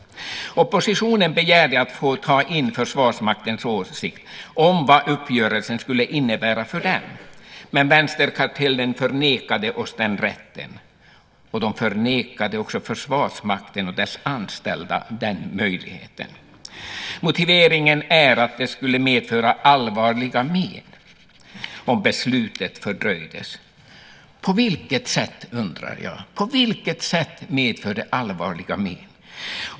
Oppositionen begärde att få ta in Försvarsmaktens åsikt om vad uppgörelsen skulle innebära för dem. Men vänsterkartellen förnekade oss den rätten, och de förnekade också Försvarsmakten och dess anställda den möjligheten. Motiveringen är att det skulle medföra allvarliga men om beslutet fördröjdes. På vilket sätt, undrar jag, medför det allvarliga men?